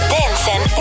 Dancing